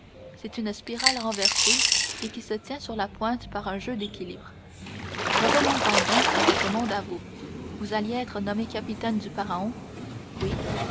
c'est une spirale renversée et qui se tient sur la pointe par un jeu d'équilibre revenons en donc à votre monde à vous vous alliez être nommé capitaine du pharaon oui